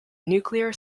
nuclear